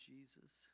Jesus